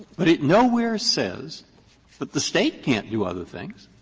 but it nowhere says that the state can't do other things.